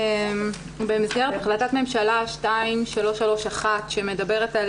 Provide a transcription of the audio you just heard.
במסגרת החלטת ממשלה 2331 שמדברת על